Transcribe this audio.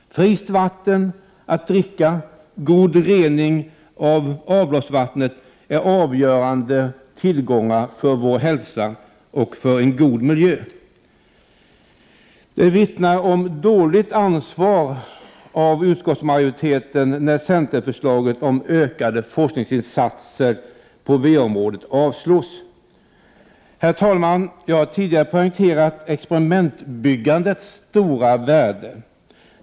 Friskt vatten att dricka och god rening av avloppsvattnet är avgörande tillgångar för vår hälsa och för en god miljö. Det vittnar om dåligt ansvar av utskottsmajoriteten när centerförslaget om ökade forskningsinsatser på VA-området avslås. Herr talman! Jag har tidigare poängterat experimentbyggandets stora värde.